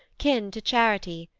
kin to charity,